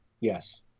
yes